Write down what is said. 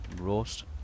roast